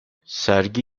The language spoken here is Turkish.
sergi